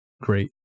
great